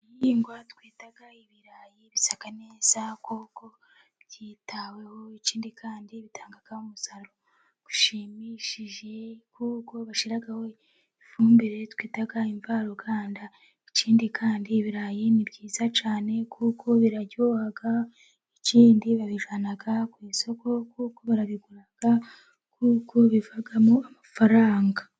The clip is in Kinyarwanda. Igihingwa twita ibirayi bisa neza kuko byitaweho, ikindi kandi bitanga umusaruro ushimishije kuko ubwo bashyiraho ifumbire twita imvaruganda. Ikindi kandi ibirayi ni byiza cyane kuko biraryoha, ikindi kandi babijyana ku isoko kuko barabigura kuko bivagamo amafaranga.